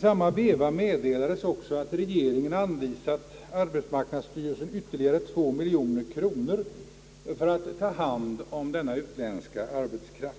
Samtidigt meddelades också att regeringen anvisat arbetsmarknadsstyrelsen ytterligare 2 miljoner kronor för att ta hand om denna utländska arbetskraft.